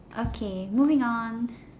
okay moving on